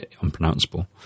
unpronounceable